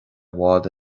bhfad